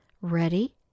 Ready